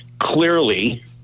Clearly